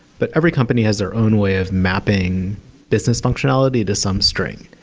but every company has their own way of mapping business functionality to some string.